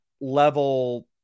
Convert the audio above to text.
level